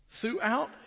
Throughout